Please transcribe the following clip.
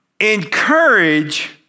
Encourage